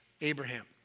Abraham